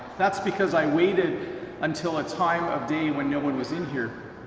that's because i waited until a time of day when no one was in here.